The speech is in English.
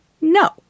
no